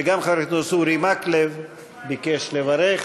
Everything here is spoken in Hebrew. וגם חבר הכנסת אורי מקלב ביקש לברך,